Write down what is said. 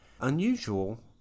unusual